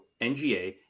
NGA